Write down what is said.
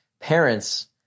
Parents